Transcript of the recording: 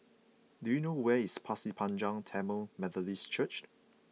do you know where is Pasir Panjang Tamil Methodist Church